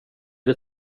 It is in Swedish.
det